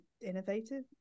innovative